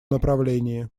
направлении